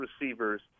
receivers